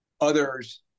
others